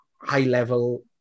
high-level